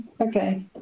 Okay